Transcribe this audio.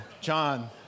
John